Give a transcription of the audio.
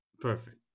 Perfect